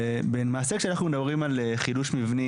ולמעשה כשאנחנו מדברים על חידוש מבנים